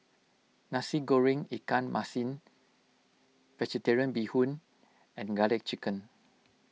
Nasi Goreng Ikan Masin Vegetarian Bee Hoon and Garlic Chicken